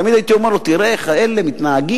תמיד הייתי אומר לו: תראה איך אלה מתנהגים,